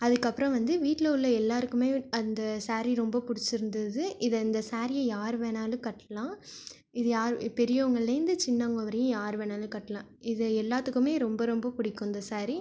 அதுக்கு அப்புறம் வந்து வீட்டில் உள்ள எல்லோருக்குமே அந்த சாரி ரொம்ப புடிச்சு இருந்தது இது இந்த சாரியை யார் வேணாலும் கட்டலா இது யார் பெரியவங்கள்லேருந்து சின்னவங்க வரியும் யார் வேணாலும் கட்டலா இது எல்லாத்துக்குமே ரொம்ப ரொம்ப பிடிக்கும் இந்த சாரி